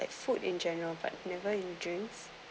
food in general but never in drinks